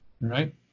right